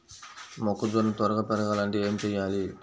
మొక్కజోన్న త్వరగా పెరగాలంటే ఏమి చెయ్యాలి?